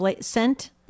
scent